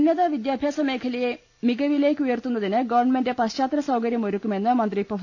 ഉന്നതവിദ്യാഭ്യാസ മേഖലയെ മികവിലേക്ക് ഉയർത്തുന്നതിന് ഗവൺമെന്റ് പശ്ചാത്തല സൌകരൃം ഒരുക്കുമെന്ന് മന്ത്രി പ്രൊഫ